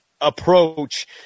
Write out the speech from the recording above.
approach